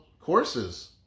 Courses